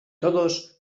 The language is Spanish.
todos